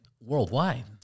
worldwide